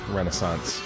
Renaissance